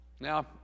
now